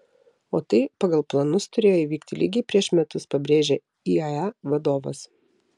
o tai pagal planus turėjo įvykti lygiai prieš metus pabrėžė iae vadovas